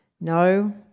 No